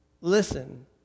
Listen